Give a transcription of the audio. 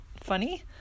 funny